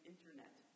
internet